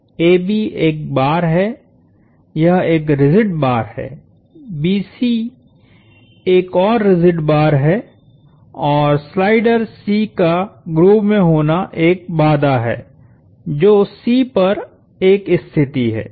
AB एक bar है यह एक रिजिड बार है BC एक और रिजिड बार है और स्लाइडर C का ग्रूव में होना एक बाधा है जो C पर एक स्थिति है